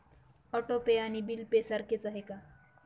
Auto pay आणि bill pay सारखेच आहे का?